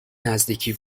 نزدیکی